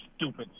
stupid